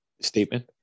statement